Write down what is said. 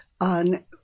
on